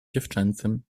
dziewczęcym